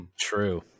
True